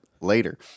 later